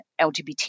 LGBT